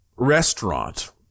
restaurant